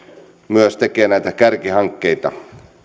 myös tekee näitä kärkihankkeita mitä